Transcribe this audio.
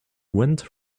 went